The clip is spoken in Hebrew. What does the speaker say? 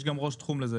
יש גם ראש תחום לזה,